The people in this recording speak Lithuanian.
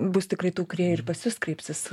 bus tikrai tų kurie ir pas jus kreipsis